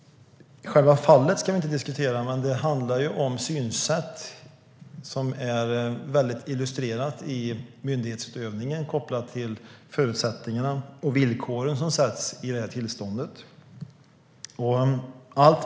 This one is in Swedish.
Själva fallet ska vi inte diskutera, men det handlar om synsätt som illustreras i myndighetsutövningen kopplat till de förutsättningar och villkor som ges i tillståndet.